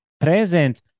present